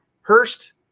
Hurst